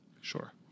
Sure